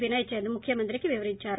వినయ్ చంద్ ముఖ్య మంత్రికి వివరిందారు